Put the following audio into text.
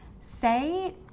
Say